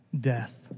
death